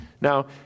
Now